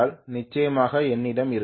நிச்சயமாக என்னிடம் இருக்காது